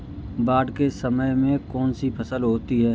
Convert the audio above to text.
बाढ़ के समय में कौन सी फसल होती है?